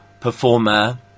performer